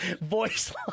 voice